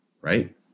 right